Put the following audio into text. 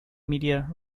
media